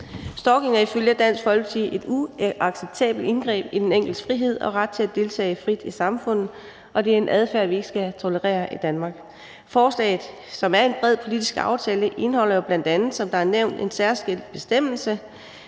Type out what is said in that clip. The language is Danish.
Stalking er ifølge Dansk Folkeparti et uacceptabelt indgreb i den enkeltes frihed og ret til at deltage frit i samfundet, og det er en adfærd, vi ikke skal tolerere i Danmark. Forslaget, som er en bred politisk aftale, indeholder jo bl.a., som der er nævnt, en særskilt bestemmelse,